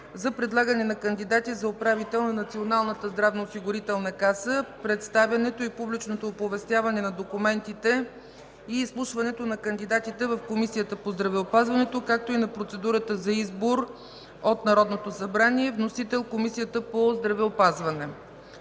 за предлагане на кандидати за управител на Националната здравноосигурителна каса, представянето и публичното оповестяване на документите и изслушването на кандидатите в Комисията по здравеопазването, както и на процедурата за избор от Народното събрание. Вносител: Комисия по здравеопазването.